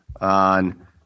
on